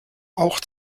auch